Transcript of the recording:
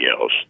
else